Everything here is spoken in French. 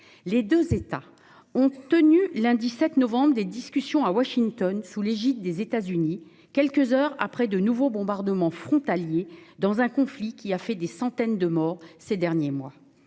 à Washington, le lundi 7 novembre dernier, sous l'égide des États-Unis, quelques heures après de nouveaux bombardements frontaliers, dans un conflit qui a fait des centaines de morts ces derniers mois.